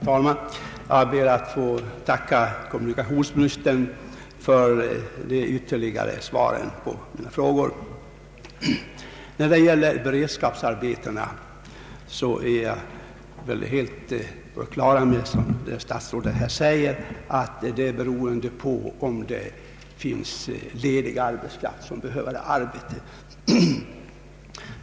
Herr talman! Jag ber att få tacka kommunikationsministern för det ytterligare svaret på mina frågor. Jag är helt på det klara med att beredskapsarbetena, som statsrådet säger, är beroende av om det finns ledig arbetskraft, som behöver arbete.